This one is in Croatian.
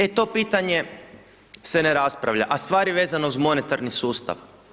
E, to pitanje se ne raspravlja, a stvar je vezana uz monetarni sustav.